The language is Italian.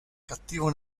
cattivo